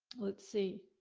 let's see.